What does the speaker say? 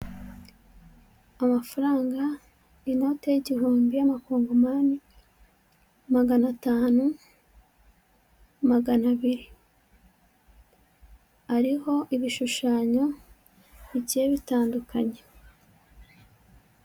Amafaranga inode y'igihumbi y'amakungomani, magana atanu, magana abiri ariho ibishushanyo bigiye bitandukanye.